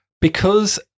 Because-